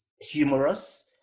humorous